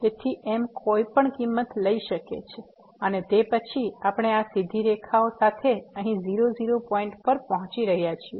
તેથી m કોઈપણ કિંમત લઈ શકે છે અને તે પછી આપણે આ સીધી રેખાઓ સાથે અહીં 00 પોઇન્ટ પર પહોંચી રહ્યા છીએ